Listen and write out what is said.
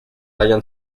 hallan